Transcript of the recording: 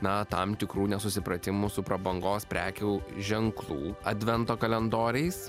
na tam tikrų nesusipratimų su prabangos prekių ženklų advento kalendoriais